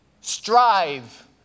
strive